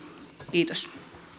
kiitos